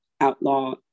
outlaw